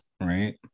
right